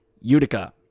Utica